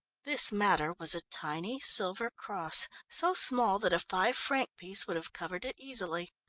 this matter was a tiny silver cross, so small that a five-franc piece would have covered it easily.